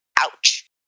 Ouch